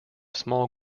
small